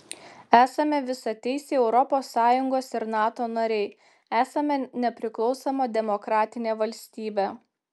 esame visateisiai europos sąjungos ir nato nariai esame nepriklausoma demokratinė valstybė